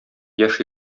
яшь